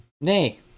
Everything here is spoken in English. nay